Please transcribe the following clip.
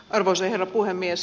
arvoisa herra puhemies